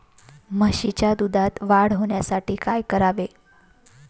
म्हशीच्या दुधात वाढ होण्यासाठी काय करावे?